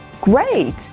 Great